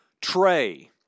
tray